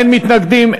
אין מתנגדים,